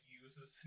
uses